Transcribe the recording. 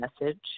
message